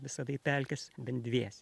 visada į pelkes bent dviese